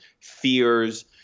fears